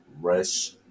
rush